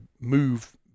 move